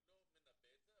אני לא מנבא את זה,